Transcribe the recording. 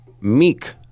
Meek